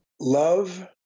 Love